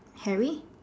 Hairy